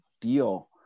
deal